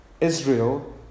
Israel